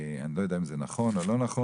אני לא יודע אם זה נכון או לא נכון,